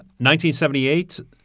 1978